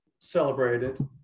celebrated